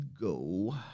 go